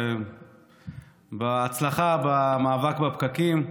בהצלחה במאבק בפקקים.